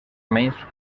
menys